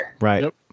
Right